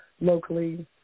locally